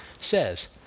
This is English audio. says